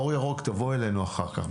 אור ירוק, תבואו אלינו אחר כך.